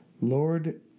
lord